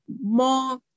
more